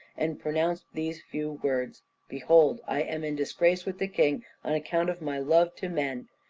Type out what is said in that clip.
and pronounced these few words behold i am in disgrace with the king on account of my love to men,